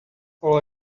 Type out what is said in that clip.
all